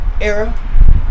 era